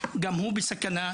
גם הוא בסכנה,